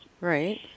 Right